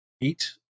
eight